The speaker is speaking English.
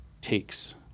takes